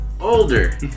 older